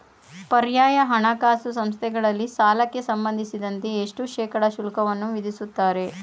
ಪರ್ಯಾಯ ಹಣಕಾಸು ಸಂಸ್ಥೆಗಳಲ್ಲಿ ಸಾಲಕ್ಕೆ ಸಂಬಂಧಿಸಿದಂತೆ ಎಷ್ಟು ಶೇಕಡಾ ಶುಲ್ಕವನ್ನು ವಿಧಿಸುತ್ತಾರೆ?